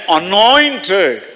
anointed